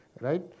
Right